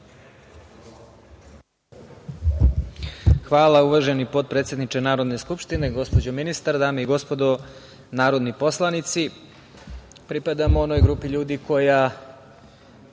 Hvala, uvaženi potpredsedniče Narodne skupštine. Gospođo ministar, dame i gospodo narodni poslanici, pripadam onoj grupi ljudi koja